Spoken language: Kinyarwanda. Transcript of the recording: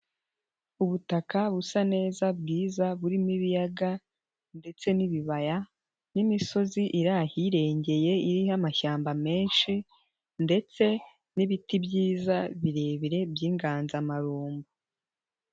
Ubutaka busa neza bwiza burimo ibiyaga ndetse n'ibibaya n'imisozi iri ahirengeye, iriho amashyamba menshi ndetse n'ibiti byiza birebire by'inganzamarumbu.